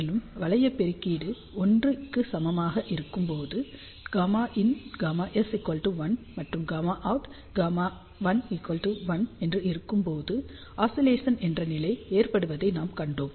மேலும் வளைய பெருக்கீடு 1 க்கு சமமாக இருக்கும்போதும் Γin Γs1 மற்றும் Γout Γl1 என்று இருக்கும் போதும் ஆஸிலேசன் என்ற நிலை ஏற்படுவதை நாம் கண்டோம்